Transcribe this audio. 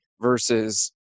versus